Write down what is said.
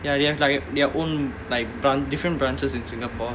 ya they have like their own like bran~ different branches in singapore